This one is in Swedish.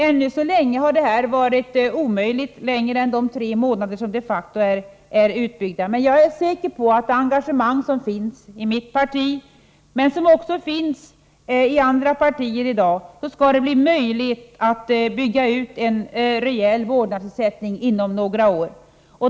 Ännu så länge har detta varit omöjligt, längre än de tre månader som den redan utgår. Jag är säker på att det med det engagemang som finns i mitt parti och i andra partier ändå skall bli möjligt att bygga ut en rejäl vårdnadsersättning inom några år.